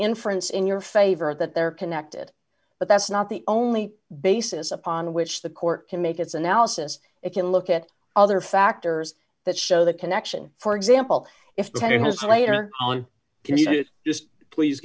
inference in your favor that they're connected but that's not the only basis upon which the court can make its analysis it can look at other factors that show the connection for example if he has been later on just please